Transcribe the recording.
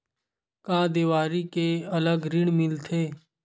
का देवारी के अलग ऋण मिलथे?